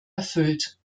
erfüllt